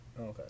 Okay